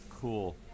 cool